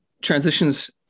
transitions